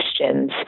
questions